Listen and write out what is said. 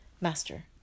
Master